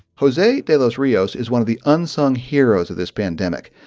jose de los rios is one of the unsung heroes of this pandemic.